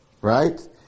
right